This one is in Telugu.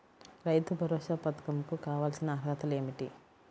రైతు భరోసా పధకం కు కావాల్సిన అర్హతలు ఏమిటి?